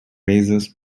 razors